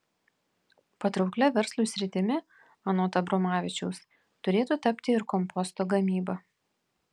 patrauklia verslui sritimi anot abromavičiaus turėtų tapti ir komposto gamyba